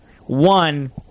one